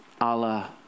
Allah